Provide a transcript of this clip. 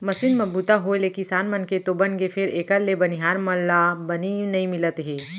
machine म बूता होय ले किसान मन के तो बनगे फेर एकर ले बनिहार मन ला बनी नइ मिलत हे